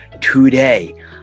Today